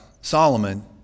Solomon